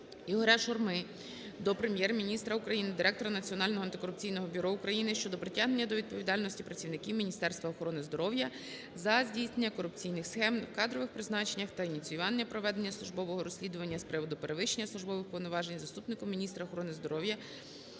Ігоря Шурми до Прем'єр-міністра України, Директора Національного антикорупційного бюро України щодо притягнення до відповідальності працівників Міністерства охорони здоров'я за здійснення корупційних схем в кадрових призначеннях та ініціювання проведення службового розслідування з приводу перевищення службових повноважень заступником міністра охорони здоров'я